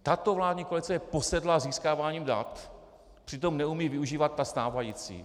Tato vládní koalice je posedlá získáváním dat, přitom neumí využívat ta stávající.